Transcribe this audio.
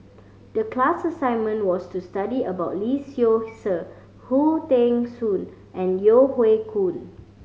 the class assignment was to study about Lee Seow Ser Khoo Teng Soon and Yeo Hoe Koon